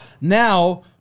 Now